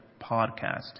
Podcast